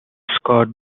scott